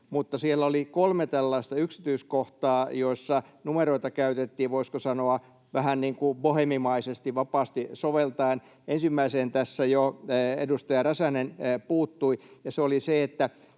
mutta siellä oli kolme tällaista yksityiskohtaa, joissa numeroita käytettiin, voisiko sanoa, vähän niin kuin boheemimaisesti, vapaasti soveltaen. Ensimmäiseen tässä jo edustaja Räsänen puuttui. Se oli se, että